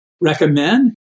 recommend